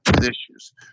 issues